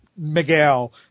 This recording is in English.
Miguel